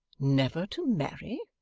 never to marry?